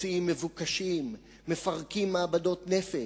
מוציאים מבוקשים, מפרקים מעבדות נפץ,